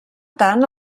tant